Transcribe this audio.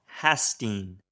hastin